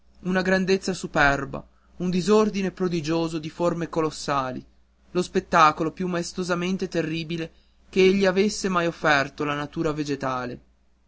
una grandezza superba un disordine prodigioso di forme colossali lo spettacolo più maestosamente terribile che gli avesse mai offerto la natura vegetale